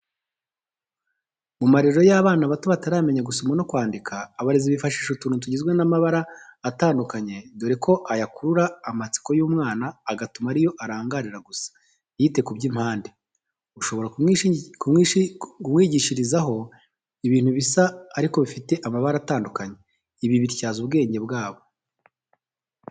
Mu marero y'abana bato bataramenya gusoma no kwandika, abarezi bifashisha utuntu tugizwe n'amabara atandukanye, dore ko aya akurura amatsiko y'umwana agatuma ariyo arangarira gusa ntiyite ku by'impande. Ushobora kumwigishirizaho ibintu bisa ariko bifite amabara atandukanye. Ibi bityaza ubwenge bwabo.